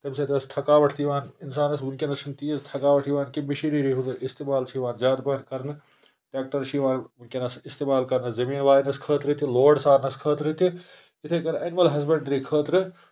تَمہِ سۭتۍ آسہٕ تھَکاوَٹ تہِ اِوان اِنسانَس وٕنکٮ۪نَس چھُ تیٖژ تھَکاوَٹ یِوان کہِ مِشیٖنٔری ہُنٛد وۄنۍ استعمال یِوان زیادٕ پَہَن کَرنہٕ ٹٮ۪کٹر چھِ یِوان وٕنکٮ۪نَس استعمال کَرنہٕ زٔمیٖن واینَس خٲطرٕ تہِ لوڈ سارنَس خٲطرٕ تہِ یِتھَے کَنۍ اٮ۪نِمٕل ہزبٮ۪نٛڈرٛی خٲطرٕ